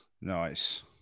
Nice